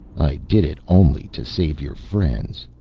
i did it only to save your friends.